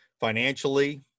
financially